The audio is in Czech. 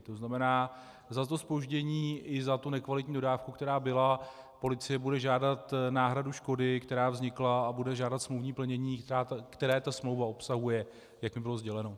To znamená, za to zpoždění i za tu nekvalitní dodávku, která byla, policie bude žádat náhradu škody, která vznikla, a bude žádat smluvní plnění, které ta smlouva obsahuje, jak mi bylo sděleno.